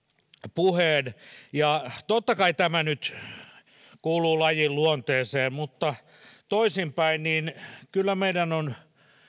puheen totta kai tämä nyt kuuluu lajin luonteeseen mutta toisinpäin kyllä meidän on